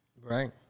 Right